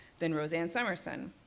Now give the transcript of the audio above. then rosanne somerson.